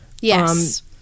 Yes